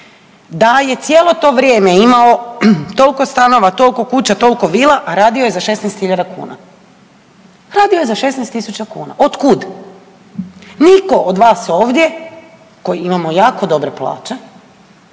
da je cijelo to vrijeme imao toliko stanova, toliko kuća, toliko vila a radio je za 16.000 kuna, radio je za 16.000 kuna, otkud, nitko od nas ovdje koji imamo jako dobre plaće